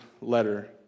letter